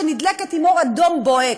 שנדלקת עם אור אדום בוהק.